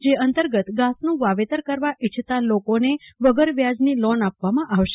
જે અંતર્ગત ધાસનું વાવેતર કરવા ઈચ્છતા લોકોને વગર વ્યાજની લોન આપવામાં આવશે